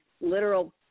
literal